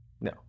No